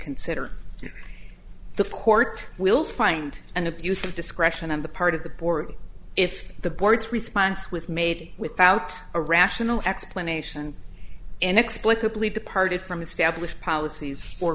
reconsider the court will find an abuse of discretion on the part of the board if the board's response was made without a rational explanation inexplicably departed from established policies or